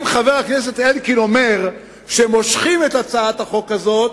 אם חבר הכנסת אלקין אומר שמושכים את הצעת החוק הזאת,